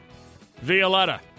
Violetta